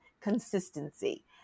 consistency